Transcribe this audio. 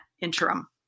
interim